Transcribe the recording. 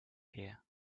here